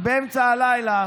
באמצע הלילה